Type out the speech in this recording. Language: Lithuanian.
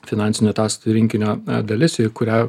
finansinių ataskaitų rinkinio dalis ir kurią